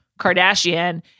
Kardashian